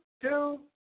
two